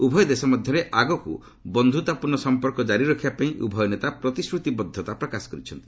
ଉଭୟ ଦେଶ ମଧ୍ୟରେ ଆଗକୁ ବନ୍ଧୁତାପୂର୍ଣ୍ଣ ସମ୍ପର୍କ ଜାରି ରଖିବାପାଇଁ ଉଭୟ ନେତା ପ୍ରତିଶ୍ରତିବଦ୍ଧତା ପ୍ରକାଶ କରିଛନ୍ତି